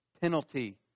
penalty